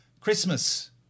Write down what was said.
Christmas